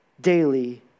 daily